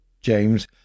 James